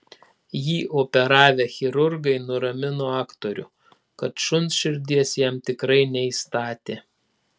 jį operavę chirurgai nuramino aktorių kad šuns širdies jam tikrai neįstatė